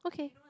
okay